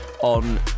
on